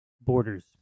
Borders